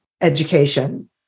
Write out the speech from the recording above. education